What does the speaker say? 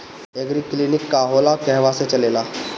एगरी clinic का होला कहवा से चलेँला?